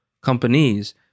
companies